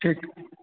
ठीकु